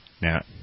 Now